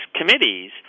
committees